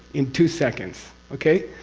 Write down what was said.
in two seconds okay?